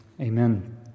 Amen